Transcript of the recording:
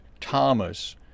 thomas